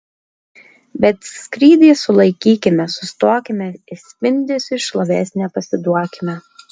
bet skrydį sulaikykime sustokime ir spindesiui šlovės nepasiduokime